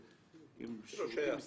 עם שירותים מסכנים.